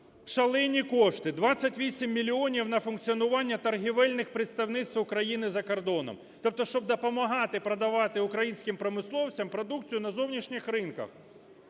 шалені кошти, 28 мільйонів на функціонування торговельних представництв України за кордоном. Тобто, щоб допомагати продавати українським промисловцям продукцію на зовнішніх ринках.